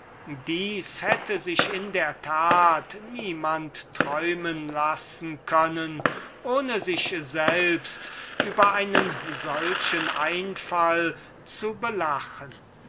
abging das hätte sich in der tat niemand träumen lassen können ohne sich selbst über einen solchen einfall zu belachen